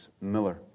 Miller